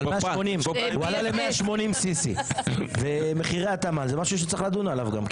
הוא עלה ל-180 CC. ומחירי התמ"ל זה משהו שצריך לדון עליו גם,